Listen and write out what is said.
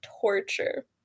torture